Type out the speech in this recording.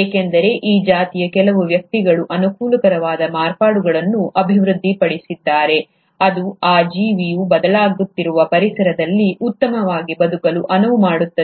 ಏಕೆಂದರೆ ಆ ಜಾತಿಯ ಕೆಲವು ವ್ಯಕ್ತಿಗಳು ಅನುಕೂಲಕರವಾದ ಮಾರ್ಪಾಡುಗಳನ್ನು ಅಭಿವೃದ್ಧಿಪಡಿಸಿದ್ದಾರೆ ಅದು ಆ ಜೀವಿ ಬದಲಾಗುತ್ತಿರುವ ಪರಿಸರದಲ್ಲಿ ಉತ್ತಮವಾಗಿ ಬದುಕಲು ಅನುವು ಮಾಡಿಕೊಡುತ್ತದೆ